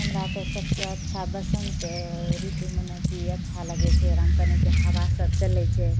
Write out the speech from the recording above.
हमरात सबसँ अच्छा बसन्त ऋतु मनेकि अच्छा लगै छै एकरामे कनेकि हवासब चलै छै